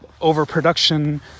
overproduction